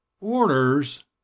Orders